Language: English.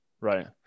Right